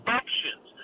actions